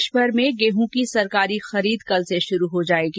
देशमर में गेहूं की सरकारी खरीद कल से शुरू हो जायेगी